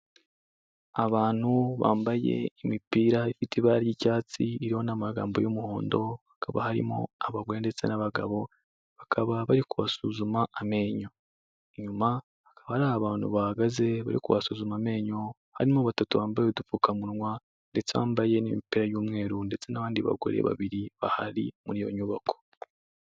Abantu bambaye imipira ifite ibara ry'icyatsi, iriho n'amagambo y'umuhondo, hakaba harimo abagore ndetse n'abagabo, bakaba bari kubasuzuma amenyo. Inyuma hakaba hari abantu bahagaze bari kubasuzuma amenyo, harimo batatu bambaye udupfukamunwa ndetse bambaye n'imipira y'umweru ndetse n'abandi bagore babiri bahari muri iyo nyubako.